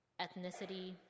ethnicity